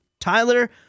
Tyler